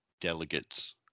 delegates